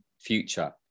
future